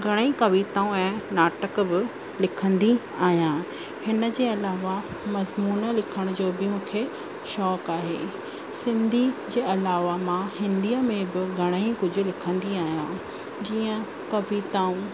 घणेई कविताऊं ऐं नाटक बि लिखंदी आहियां हिन जे अलावा मज़मून लिखण जो बि मूंखे शौक़ु आहे सिंधी जे अलावा मां हिंदीअ में बि घणेई कुझु लिखंदी आहियां जीअं कविताऊं